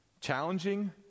challenging